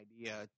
idea